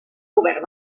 govern